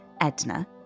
Edna